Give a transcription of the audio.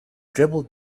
dribbled